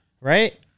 Right